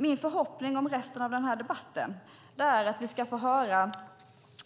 Min förhoppning om resten av debatten är att vi ska få höra